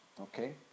Okay